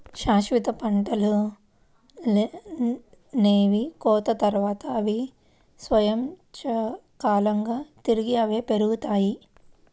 శాశ్వత పంటలనేవి కోత తర్వాత, అవి స్వయంచాలకంగా తిరిగి అవే పెరుగుతాయి